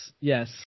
yes